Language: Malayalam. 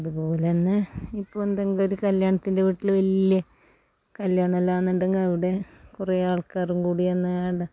അതുപോലന്നെ ഇപ്പോ എന്തെങ്കിലും ഒരു കല്യാണത്തിൻ്റെ വീട്ടില് വല്യ കല്യാണല്ലാന്നൊണ്ടെങ്കി അവിടെ കൊറേ ആൾക്കാറും കൂടിയന്നെ ആണ്ട്